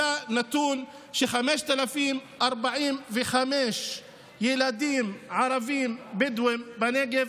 עלה נתון ש-5,045 ילדים ערבים בדואים בנגב